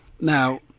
Now